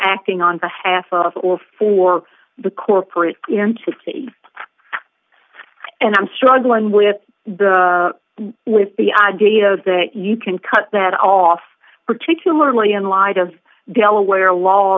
acting on behalf of or for the corporate entity and i'm struggling with the with the idea that you can cut that off particularly in light of delaware law